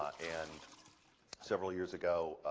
um and several years ago,